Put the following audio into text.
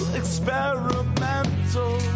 experimental